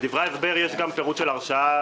בדברי ההסבר יש גם פירוט של הרשאה